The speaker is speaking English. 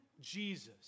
Jesus